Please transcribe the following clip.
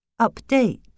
Update